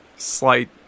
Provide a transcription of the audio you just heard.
slight